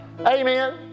Amen